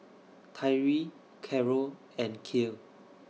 Tyree Carroll and Kiel